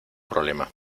problema